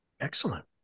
Excellent